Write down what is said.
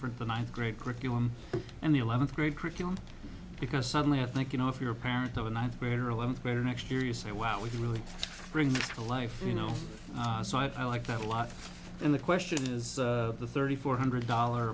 for the ninth grade curriculum and the eleventh grade curriculum because suddenly i think you know if you're a parent of a ninth grader eleventh grader next year you say wow we could really bring this to life you know so i like that a lot and the question is the thirty four hundred dollar